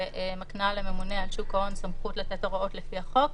שמקנה לממונה על שוק ההון סמכות לתת הוראות לפי החוק,